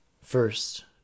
first